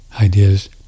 ideas